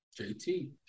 Jt